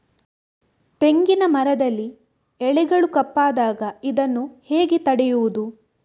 ತೆಂಗಿನ ಮರದಲ್ಲಿ ಎಲೆಗಳು ಕಪ್ಪಾದಾಗ ಇದನ್ನು ಹೇಗೆ ತಡೆಯುವುದು?